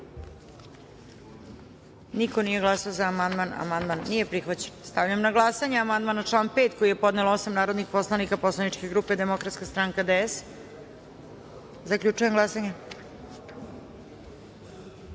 niko nije glasao. Konstatujem da amandman nije prihvaćen. Stavljam na glasanje amandman na član 13. koji je podnelo osam narodnih poslanika posleničke grupe Demokratska stranka DS.Zaključujem glasanje: